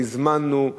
לא הזמנו,